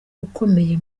ukomeye